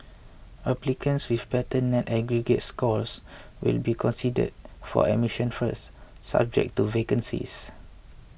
applicants with better net aggregate scores will be considered for admission first subject to vacancies